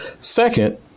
Second